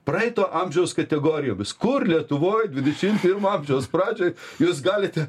praeito amžiaus kategorijomis kur lietuvoj dvidešim pirmo amžiaus pradžioj jūs galite